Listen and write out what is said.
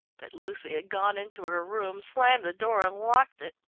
but lucy had gone into her room, slammed the door and locked it.